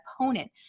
opponent